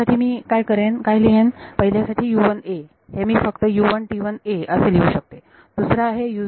पहिल्या साठी मी काय लिहेन पहिल्या साठी हे मी फक्त असे लिहू शकते दुसरा आहे